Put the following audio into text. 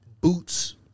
boots